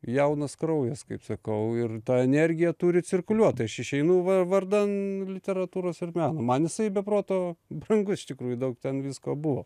jaunas kraujas kaip sakau ir ta energija turi cirkuliuot tai aš išeinu va vardan literatūros ir meno man jisai be proto brangus iš tikrųjų daug ten visko buvo